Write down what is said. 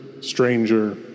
stranger